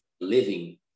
living